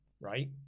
right